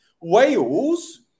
Wales